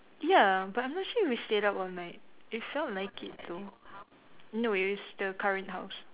ya but I'm not sure if we stayed up all night it felt like it though no it is the current house